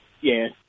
Yes